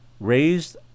raised